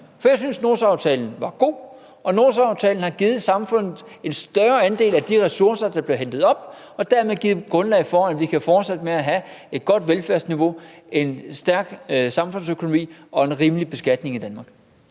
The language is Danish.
for jeg synes, Nordsøaftalen var god, og Nordsøaftalen har givet samfundet en større andel af de ressourcer, der bliver hentet op, og dermed givet grundlag for, at vi kan fortsætte med at have et godt velfærdsniveau, en stærk samfundsøkonomi og en rimelig beskatning i Danmark.